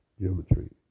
geometry